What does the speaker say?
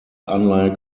unlike